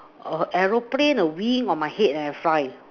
a aeroplane or wings on my head and I fly